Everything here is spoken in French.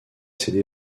cédée